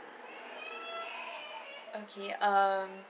okay um